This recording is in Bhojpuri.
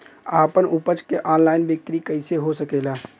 आपन उपज क ऑनलाइन बिक्री कइसे हो सकेला?